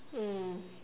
mm